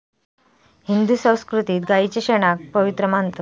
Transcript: हिंदू संस्कृतीत गायीच्या शेणाक पवित्र मानतत